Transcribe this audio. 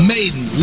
Maiden